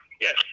yes